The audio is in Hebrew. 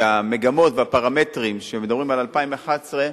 שהמגמות והפרמטרים שמדברים על 2011,